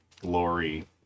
glory